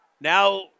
Now